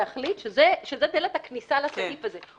שזאת דלת הכניסה לסעיף הזה.